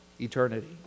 Eternity